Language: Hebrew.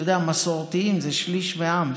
אתה יודע, מסורתיים זה שליש מהעם.